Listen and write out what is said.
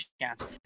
chance